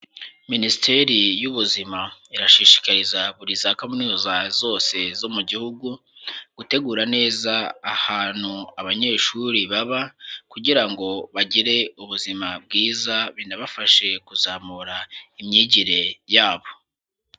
Minisiteri y'ubuzima irashishikariza buri za kaminuza zose zo mu gihugu, gutegura neza ahantu abanyeshuri baba kugira ngo bagire ubuzima bwiza, binabafashe kuzamura imyigire yabo.